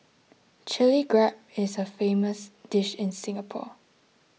Chilli Crab is a famous dish in Singapore